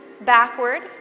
backward